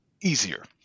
easier